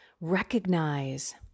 recognize